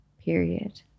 period